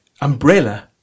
umbrella